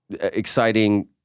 exciting